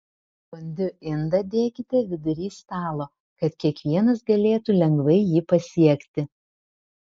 fondiu indą dėkite vidury stalo kad kiekvienas galėtų lengvai jį pasiekti